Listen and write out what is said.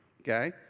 okay